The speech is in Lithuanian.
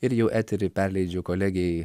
ir jau eterį perleidžiu kolegei